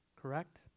correct